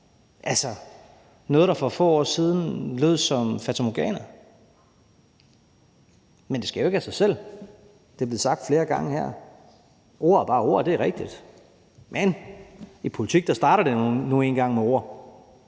altså noget, der for få år siden lød som et fatamorgana. Kl. 22:12 Men det sker jo ikke af sig selv. Det er blevet sagt flere gange her: Ord er bare ord. Det er rigtigt, men i politik starter det nu engang med ord.